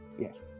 Yes